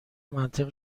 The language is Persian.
منطق